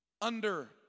under-